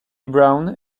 brown